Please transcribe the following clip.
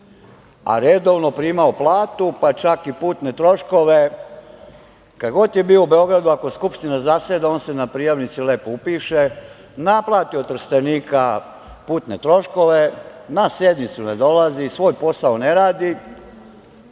a redovno primao platu, pa čak i putne troškove. Kad god je bio u Beogradu, ako Skupština zaseda, on se na prijavnici lepo upiše, naplati od Trstenika putne troškove, na sednicu ne dolazi, svoj posao ne radi.